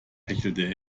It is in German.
hechelte